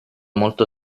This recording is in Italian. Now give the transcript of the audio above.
molto